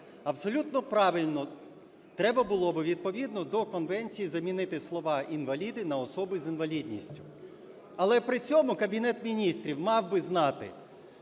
абсолютно правильно – треба було би відповідно до конвенції замінити слова "інваліди" на "особи з інвалідністю". Але при цьому Кабінет Міністрів мав би знати,